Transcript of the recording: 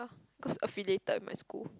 cause affiliated in my school